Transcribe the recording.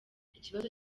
ikibazo